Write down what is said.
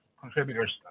contributors